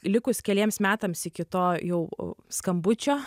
likus keliems metams iki to jau skambučio